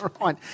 Right